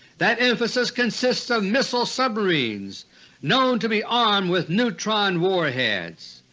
that emphasis consists of missile submarines known to be armed with neutron warheads.